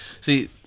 see